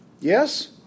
Yes